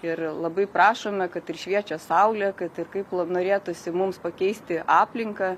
ir labai prašome kad ir šviečia saulė kad ir kaip norėtųsi mums pakeisti aplinką